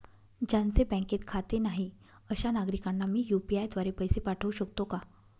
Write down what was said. ज्यांचे बँकेत खाते नाही अशा नागरीकांना मी यू.पी.आय द्वारे पैसे पाठवू शकतो का?